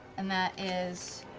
and that is